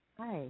Hi